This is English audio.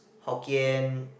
Hokkien